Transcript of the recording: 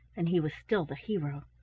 and he was still the hero.